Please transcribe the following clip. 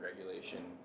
regulation